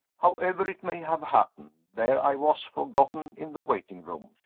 however it may have happened, there i was, forgotten in the waiting-room!